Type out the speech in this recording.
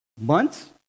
months